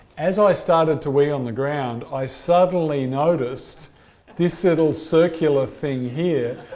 as i started to wee on the ground, i suddenly noticed this little circular thing here